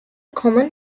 common